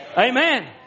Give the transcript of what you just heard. Amen